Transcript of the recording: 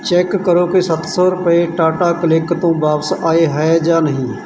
check ਕਰੋ ਕਿ ਸੱਤ ਸੌ ਰੁਪਏ ਟਾਟਾ ਕਲਿਕ ਤੋਂ ਵਾਪਸ ਆਏ ਹੈ ਜਾਂ ਨਹੀਂ